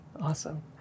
Awesome